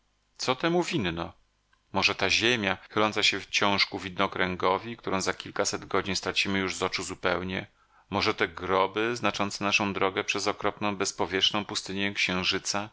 co temu winno może ta ziemia chyląca się wciąż ku widnokręgowi którą za kilkaset godzin stracimy już z oczu zupełnie może te groby znaczące naszą drogę przez okropną bezpowietrzną pustynię księżyca